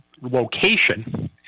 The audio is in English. location